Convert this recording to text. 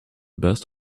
best